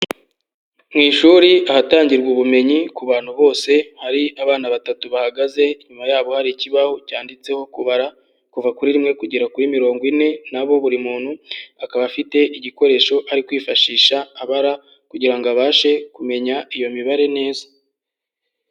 Mu ishuri ahatangirwa ubumenyi kubantu bose hari abana batatu bahagaze, inyuma yabo hari ikibaho cyanditseho kubara kuva kuri rimwe kugera kuri mirongo ine nabo buri muntu akaba afite igikoresho ari kwifashisha abara kugira ngo abashe kumenya iyo mibare neza.